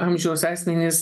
amžiaus asmenys